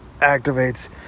activates